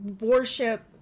worship